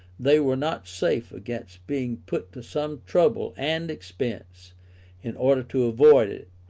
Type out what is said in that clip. they were not safe against being put to some trouble and expense in order to avoid it.